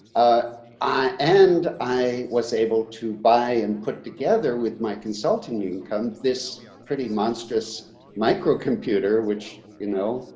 ah i and i was able to buy and put together with my consulting income, this pretty monstrous micro computer, which, you know,